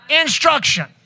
instruction